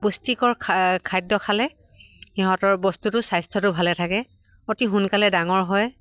পুষ্টিকৰ খা খাদ্য খালে সিহঁতৰ বস্তুটো স্বাস্থ্যটো ভালে থাকে অতি সোনকালে ডাঙৰ হয়